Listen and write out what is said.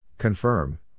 Confirm